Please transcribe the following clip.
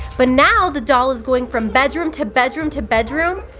but now the doll is going from bedroom to bedroom to bedroom,